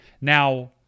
Now